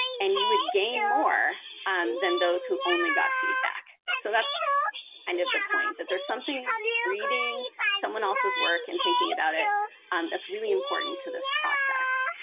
and you would gain more than those who only got feedback. so that's kind of the point, that there's something, reading someone else's work and thinking about it that's really important to this process.